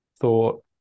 thought